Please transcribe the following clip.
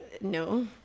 No